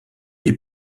les